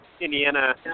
Indiana